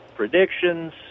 predictions